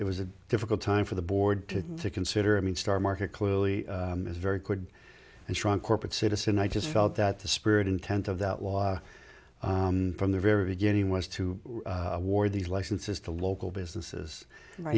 it was a difficult time for the board to consider i mean star market clearly is very good and strong corporate citizen i just felt that the spirit intent of that law from the very beginning was to wore these licenses to local businesses